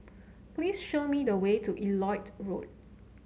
please show me the way to Elliot Road